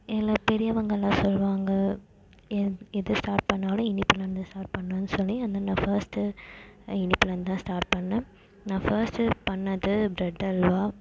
எல்லாம் பெரியவங்கள்லாம் சொல்வாங்க எது ஸ்டார்ட் பண்ணாலும் இனிப்புலேருந்து ஸ்டார்ட் பண்ணணுன்னு சொல்லி அதான் நான் ஃபர்ஸ்ட்டு இனிப்புலேருந்து தான் ஸ்டார்ட் பண்ணே நான் ஃபர்ஸ்ட்டு பண்ணது ப்ரெட் அல்வா